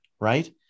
right